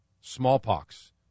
smallpox